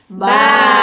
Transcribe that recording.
bye